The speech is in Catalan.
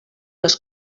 les